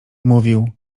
mówił